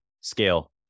scale